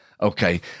Okay